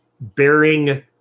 bearing